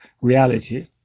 reality